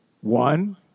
One